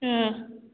ꯎꯝ